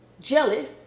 jealous